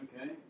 Okay